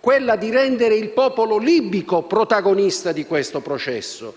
quella di rendere il popolo libico protagonista di questo processo,